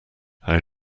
how